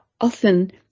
often